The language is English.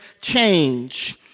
change